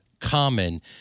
Common